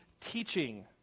teaching